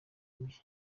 mbi